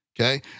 okay